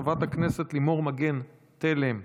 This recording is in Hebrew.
חברת הכנסת לימור מגן תלם,